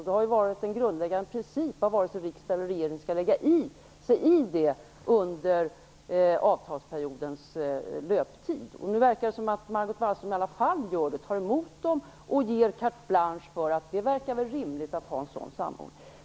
Det har varit en grundläggande princip att varken riksdag eller regering skall lägga sig i det under avtalsperiodens löptid. Nu verkar det som om Margot Wallström i alla fall tar emot och ger carte blanche därför att det verkar rimligt att ha en sådan samordning.